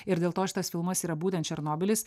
ir dėl to šitas filmas yra būtent černobylis